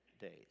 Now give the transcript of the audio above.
days